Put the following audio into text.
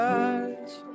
Touch